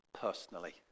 personally